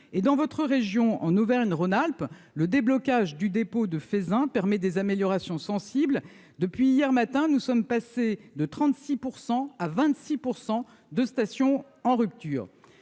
et dans votre région en Auvergne, Rhône-Alpes le déblocage du dépôt de Feyzin permet des améliorations sensibles depuis hier matin, nous sommes passés de 36 % à 26 % de stations en rupture,